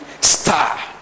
star